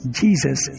jesus